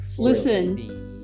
Listen